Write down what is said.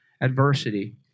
adversity